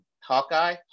Hawkeye